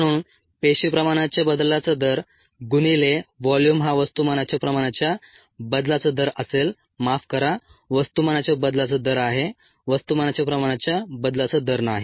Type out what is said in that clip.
म्हणून पेशी प्रमाणाच्या बदलाचा दर गुणिले व्हॉल्यूम हा वस्तुमानाच्या प्रमाणाच्या बदलाचा दर असेल माफ करा वस्तुमानाच्या बदलाचा दर आहे वस्तुमानाच्या प्रमाणाच्या बदलाचा दर नाही